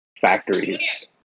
factories